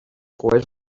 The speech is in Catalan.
coets